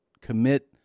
commit